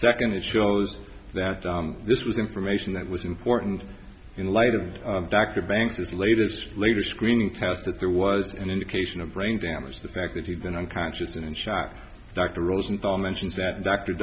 secondly it shows that this was information that was important in light of dr banks's latest later screening test that there was an indication of brain damage the fact that he'd been unconscious and in shock dr rosenthal mentions that dr